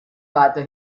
weiter